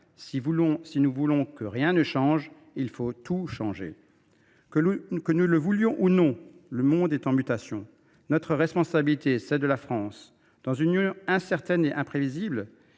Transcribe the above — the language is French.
Si nous voulons que rien ne change, il faut tout changer. » Que nous le voulions ou non, le monde est en mutation. Notre responsabilité, celle de la France dans une Union incertaine et imprévisible,